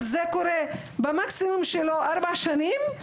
זה קורה מקסימום ארבע שנים,